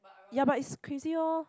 ya but it's crazy orh